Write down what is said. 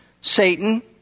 Satan